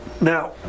Now